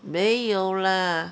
没有啦